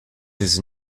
his